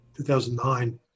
2009